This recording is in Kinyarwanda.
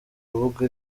rubuga